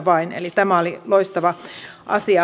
eli tämä oli loistava asia